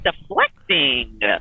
deflecting